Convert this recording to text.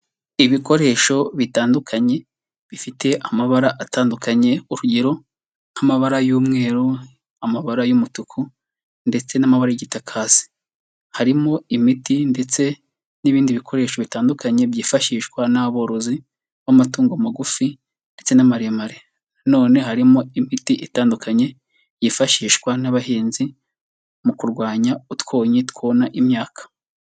Ibikoresho bitandukanye, bifite amabara atandukanye, urugero nk'amabara y'umweru, amabara y'umutuku ndetse n'amabara y'igitakazi, harimo imiti ndetse n'ibindi bikoresho bitandukanye byifashishwa n'aborozi b'amatungo magufi ndetse n'amaremare, nanone harimo imiti itandukanye yifashishwa n'abahinzi mu kurwanya utwonyi twona imyaka.